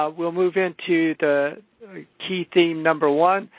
um we'll move into the key theme number one,